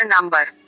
number